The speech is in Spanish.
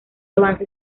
avance